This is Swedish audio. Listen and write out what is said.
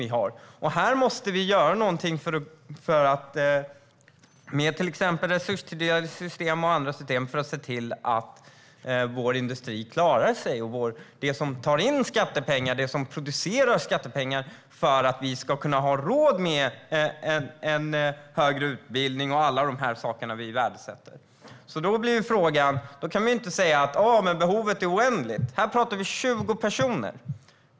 Vi måste göra någonting, med till exempel resurssystem och andra system, för att se till att vår industri klarar sig. Det handlar om det som tar in skattepengar, som producerar skattepengar, för att vi ska kunna ha råd med högre utbildning och alla de saker som vi värdesätter. Vi kan inte säga att behovet är oändligt. Vi pratar om 20 personer.